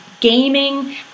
gaming